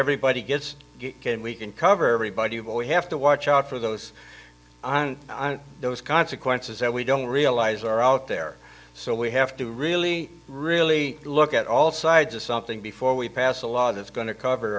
everybody gets can we can cover everybody but we have to watch out for those on those consequences that we don't realize are out there so we have to really really look at all sides of something before we pass a law that's going to cover